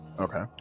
okay